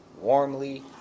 warmly